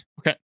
okay